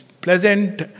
pleasant